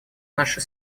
наши